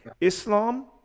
Islam